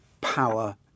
power